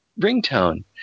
ringtone